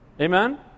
Amen